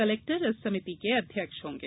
collector इस समिति के अध्यक्ष होंगे